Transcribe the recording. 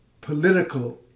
political